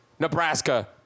Nebraska